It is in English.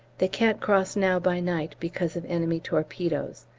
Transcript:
they can't cross now by night because of enemy torpedoes.